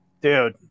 Dude